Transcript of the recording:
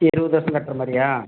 இருபது வருஷம் கட்டுற மாதிரியா